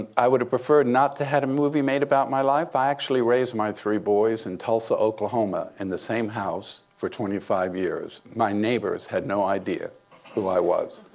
and i would have preferred not to had a movie made about my life. i actually raised my three boys in tulsa, oklahoma in the same house for twenty five years. my neighbors had no idea who i was.